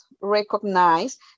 recognize